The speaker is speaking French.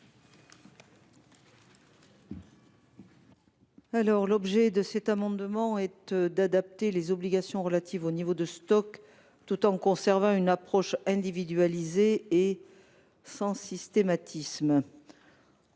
L’objet de cet amendement est d’adapter les obligations relatives au niveau de stock, tout en conservant une approche individualisée et en excluant tout systématisme.